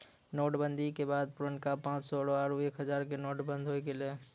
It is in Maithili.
नोट बंदी के बाद पुरनका पांच सौ रो आरु एक हजारो के नोट बंद होय गेलै